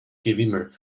gewimmel